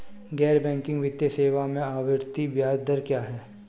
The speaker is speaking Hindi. गैर बैंकिंग वित्तीय सेवाओं में आवर्ती ब्याज दर क्या है?